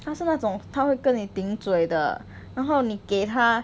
他是那种他会跟你顶嘴的然后你给他